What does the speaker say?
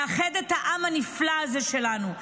לאחד את העם הנפלא הזה שלנו,